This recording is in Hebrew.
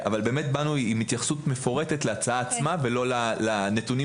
באנו עם התייחסות מפורטת להצעה עצמה ולא לנתונים